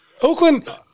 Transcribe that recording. Oakland